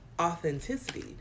authenticity